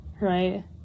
right